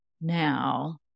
now